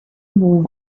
move